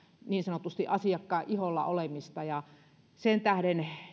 niin sanotusti asiakkaan iholla olemista sen tähden